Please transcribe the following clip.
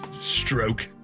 stroke